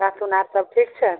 कहथुन आर सब ठीक छनि